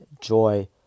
joy